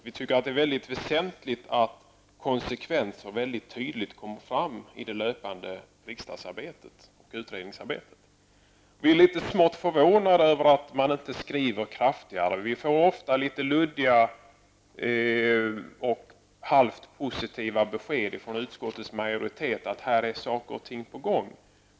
Vi tycker att det är viktigt att konsekvenser kommer fram väldigt tydligt i det löpande riksdags och utredningsarbetet. Vi är smått förvånade över att man inte uttrycker sig kraftfullare. Vi får ofta litet luddiga och halvt positiva besked från utskottets majoritet om att saker och ting är på gång.